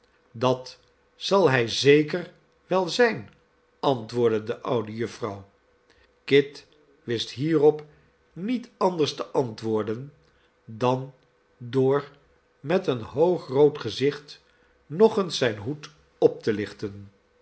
dat zal hij zeker wel zijn antwoordde de oude jufvrouw kit wist hierop niet anders te antwoorden dan door met een hoogrood gezicht nog eens zijn hoed op te lichten